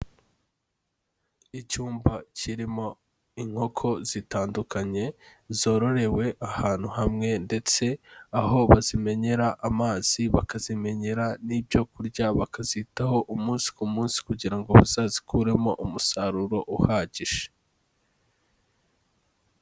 Icyumba kirimo inkoko zitandukanye zororewe ahantu hamwe ndetse aho bazimenyera amazi, bakazimenyera n'ibyo kurya bakazitaho umunsi ku munsi kugira ngo bazazikuremo umusaruro uhagije.